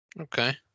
Okay